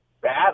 Bad